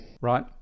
Right